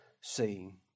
seeing